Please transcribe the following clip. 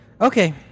Okay